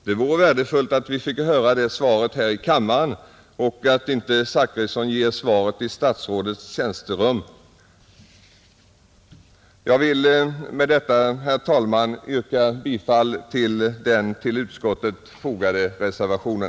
Det vore värdefullt att vi fick höra det svaret här i kammaren och att inte herr Zachrisson ger svaret i statsrådets tjänsterum. Jag vill med detta, herr talman, yrka bifall till den vid utskottsbetänkandet fogade reservationen.